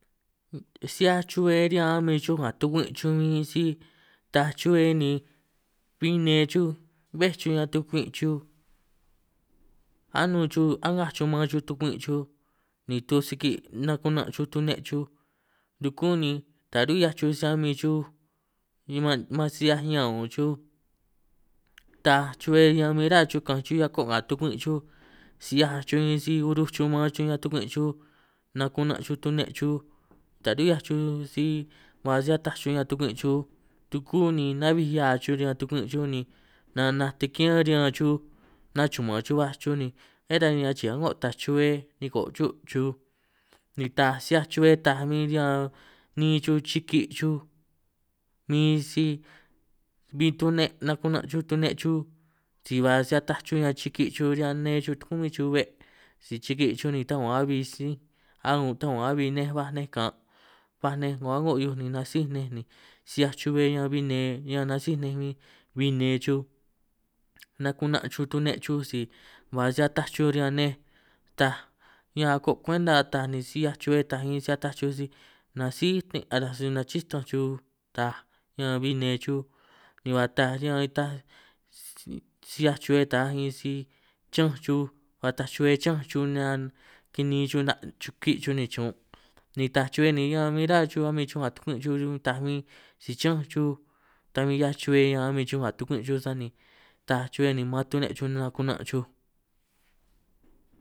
Si 'hiaj chubbe riñan a'min chuj nga tukwi' chuj bin si taj chubbe ni bin nne chuj bbéj chuj riñan tukwi' chuj, anun' chuj a'ngaj chuj maan chuj tukwi' chuj ni tusiki' nakunaj chuj tune chuj, ruku ni ta ru'hiaj chuj sa a'min chuj hiuman man si 'hiaj ñan ñun chuj taaj, chubbe hia bin ruhua chuj ka'anj chuj hiako' nga tukwi' chuj, si 'hiaj chuj bin si uruj chuj maan chuj riñan tukwi' chuj nakunan' chuj tune chuj, ta ru'hiaj chuj si ba si ataj chuj riñan tukwi' chuj, ruku ni na'bi hia chuj riñan tukwi' chuj ni nanaj tikian riñan chuj, nachu'man chuj baj chuj ni bbé ta ni achi'i a'ngo ta'aj chubbe niko' cho' chuj, ni taj si 'hiaj chubbe taaj bin si riñan ni'in chuj chiki' chuj, bin si bin tune naku'na chuj tune chuj si ba si ataj chuj riñan chiki chuj, riñan nne chuj tuku'min be' si chiki' chuj ni nitaj man abi si a' 'ngo nitaj aman abbi nej baj nej kan', ba nej 'ngo a'ngo hiuj ni nasij nej ni si 'hiaj chubbe ñan bin nne, ñan nasij nej bin bin nne chuj naku'nan chuj tune' chuj si ba si ataj chuj riñan nej, taj ñan ako' kwenta taaj ni si 'hiaj chubbe taaj bin si ataj chuj si nasij ni' ataj chuj, nachín sna'anj chuj taaj ñan bin nne chuj, ni ba taaj riñan taj sij si 'hiaj chubbe taaj bin si chi'ñanj chuj, ba taaj chubbe chi'ñanj chuj ñan kini'in chuj 'na' chuki' chuj, ni chun' ni taaj chubbe ni ñan bin chuba chuj a'min chuj nga tukwi' chuj, run' taaj bin si chi'ñanj chuj ta bi 'hiaj chubbe ñan a'min chuj nga tukwi' chuj, sani taaj chubbe ni man tune' chuj nakuna' chuj.